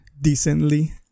decently